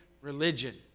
religion